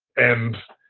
and